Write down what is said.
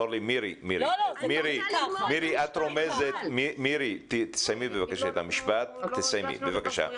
זה תמיד ככה, אנחנו לא מבינים כלום...